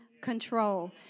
control